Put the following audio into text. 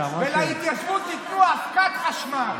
ולהתיישבות תיתנו אבקת חשמל.